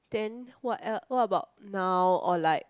then what el~ what about now or like